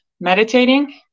meditating